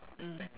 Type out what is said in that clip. mm